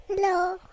Hello